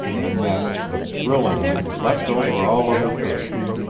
and then the thrill in him leapt over all other things.